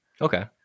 Okay